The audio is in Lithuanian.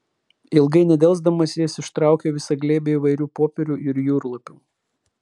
ilgai nedelsdamas jis ištraukė visą glėbį įvairių popierių ir jūrlapių